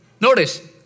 Notice